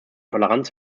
toleranz